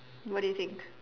what do you think